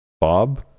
Bob